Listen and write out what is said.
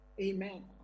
Amen